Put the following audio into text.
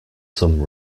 some